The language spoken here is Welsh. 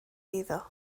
eiddo